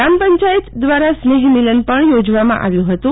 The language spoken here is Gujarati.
ગ્રામપંચાયત દ્રારા સ્નેહમીલન પણ યોજવામાં આવ્યુ હતું